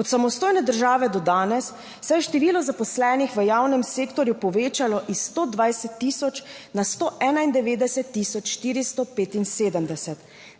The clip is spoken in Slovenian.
Od samostojne države do danes se je število zaposlenih v javnem sektorju povečalo iz 120 tisoč na 191 tisoč 475,